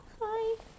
Hi